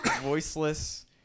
voiceless